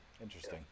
Interesting